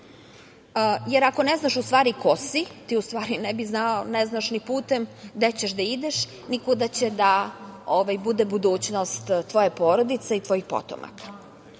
Ako ne znaš, u stvari, ko si, ti u stvari ne znaš ni put gde ćeš da ideš, ni kuda će da bude budućnost tvoje porodice i tvojih potomaka. Samim